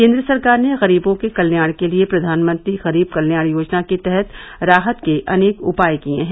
केन्द्र सरकार ने गरीबों के कल्याण के लिए प्रधानमंत्री गरीब कल्याण योजना के तहत राहत के अनेक उपाय किये हैं